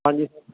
ਹਾਂਜੀ ਸਰ